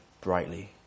brightly